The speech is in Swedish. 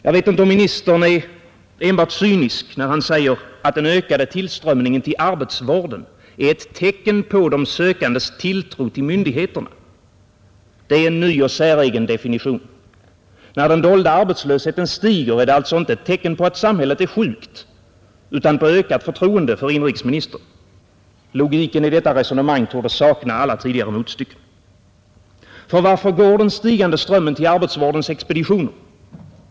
Jag vet inte om inrikesministern är enbart cynisk när han säger att den ökade tillströmningen till arbetsvården är ett tecken på de sökandes tilltro till nadspolitikens syften och inriktning myndigheterna. Det är en ny och säregen definition. När den dolda arbetslösheten stiger är det alltså inte ett tecken på att samhället är sjukt utan på ökat förtroende för inrikesministern. Logiken i detta resonemang torde sakna alla tidigare motstycken. För varför går den stigande strömmen till arbetsvårdens expeditioner?